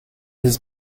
his